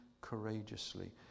courageously